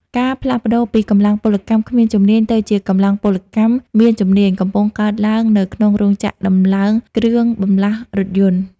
ការផ្លាស់ប្តូរពី "កម្លាំងពលកម្មគ្មានជំនាញ" ទៅជា "កម្លាំងពលកម្មមានជំនាញ" កំពុងកើតឡើងនៅក្នុងរោងចក្រដំឡើងគ្រឿងបន្លាស់រថយន្ត។